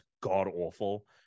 god-awful